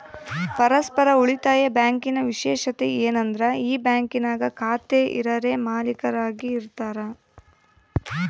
ಪರಸ್ಪರ ಉಳಿತಾಯ ಬ್ಯಾಂಕಿನ ವಿಶೇಷತೆ ಏನಂದ್ರ ಈ ಬ್ಯಾಂಕಿನಾಗ ಖಾತೆ ಇರರೇ ಮಾಲೀಕರಾಗಿ ಇರತಾರ